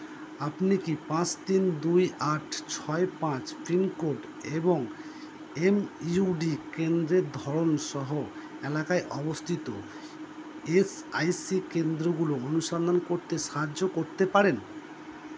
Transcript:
আপনি কি পাঁচ তিন দুই আট ছয় পাঁচ পিনকোড এবং এম ইউ ডি কেন্দ্রের ধরন সহ এলাকায় অবস্থিত এস আই সি কেন্দ্রগুলো অনুসন্ধান করতে সাহায্য করতে পারেন